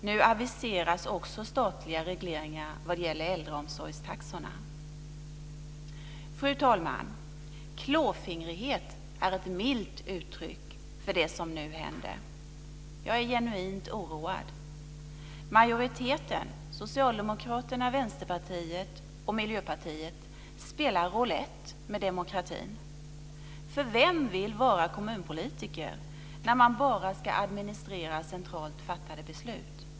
Nu aviseras också statliga regleringar vad gäller äldreomsorgstaxorna. Fru talman! Klåfingrighet är ett milt uttryck för det som nu händer. Jag är genuint oroad. Majoriteten - spelar roulette med demokratin. Vem vill vara kommunpolitiker när man bara ska administrera centralt fattade beslut?